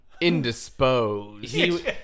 indisposed